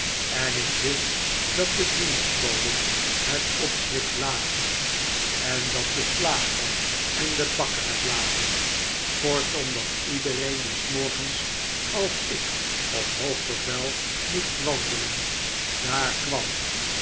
en ik wist dat de dienstboden het opschrift lazen en dat de slager en de bakker het lazen kortom dat iedereen die s morgens als ik op hoog bevel moest wandelen daar kwam